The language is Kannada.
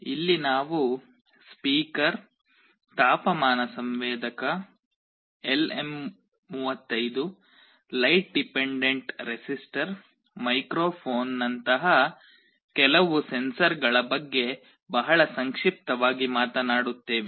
ಇಲ್ಲಿ ನಾವು ಸ್ಪೀಕರ್ ತಾಪಮಾನ ಸಂವೇದಕ LM 35 light dependent resistor microphone ನಂತಹ ಕೆಲವು ಸೆನ್ಸರ್ಸ್ಗಳ ಬಗ್ಗೆ ಬಹಳ ಸಂಕ್ಷಿಪ್ತವಾಗಿ ಮಾತನಾಡುತ್ತೇವೆ